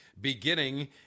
beginning